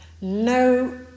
no